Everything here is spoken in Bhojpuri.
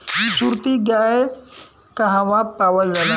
सुरती गाय कहवा पावल जाला?